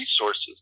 resources